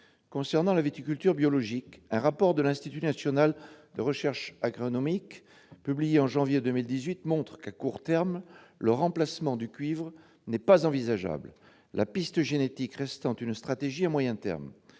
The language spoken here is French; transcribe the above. Concernant la viticulture biologique, un rapport de l'Institut national de la recherche agronomique, ou INRA, publié en janvier 2018, montre que, à court terme le remplacement du cuivre n'est envisageable, la piste génétique restant une stratégie à moyen terme.